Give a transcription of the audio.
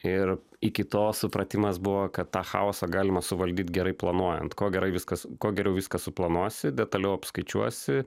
ir iki to supratimas buvo kad tą chaosą galima suvaldyti gerai planuojant ko gerai viskas kuo geriau viskas suplanuosi detaliau apskaičiuosi